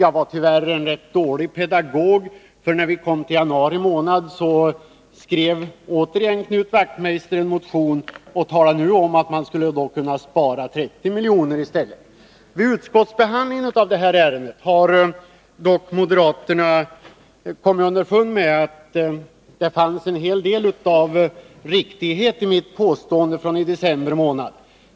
Jag var tyvärr en rätt dålig pedagog, för när vi kom till januari skrev Knut Wachtmeister återigen en motion och talade nu om att man skulle kunna spara 30 milj.kr. i stället. Vid utskottsbehandlingen av detta ärende har dock moderaterna kommit underfund med att det fanns en hel del av riktighet i mitt påstående från december månad.